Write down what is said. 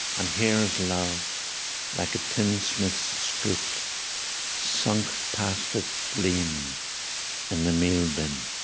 and here is love like a tinsmith's scoop sunk past its gleam in the meal-bin.